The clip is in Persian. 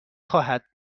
خواهد